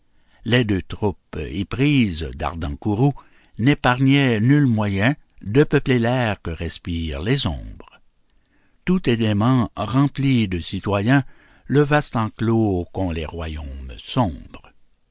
les deux troupes éprises d'ardent courroux n'épargnaient nuls moyens de peupler l'air que respirent les ombres tout élément remplit de citoyens le vaste enclos qu'ont les royaumes sombres